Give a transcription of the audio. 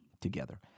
together